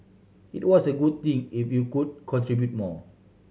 it was a good thing if you could contribute more